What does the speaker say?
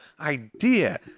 idea